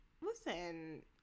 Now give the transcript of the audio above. Listen